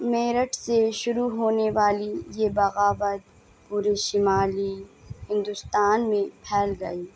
میرٹھ سے شروع ہونے والی یہ بغاوت پورے شمالی ہندوستان میں پھیل گئی